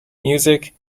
music